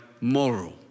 moral